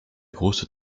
grosse